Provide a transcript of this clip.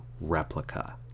replica